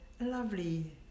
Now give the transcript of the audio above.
lovely